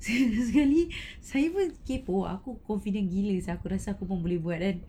saya sekali saya pun kepoh confident gila sia aku pun rasa aku boleh buat kan